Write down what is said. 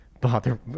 bother